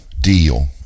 deal